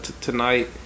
tonight